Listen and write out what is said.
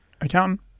accountant